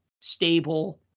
stable